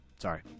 Sorry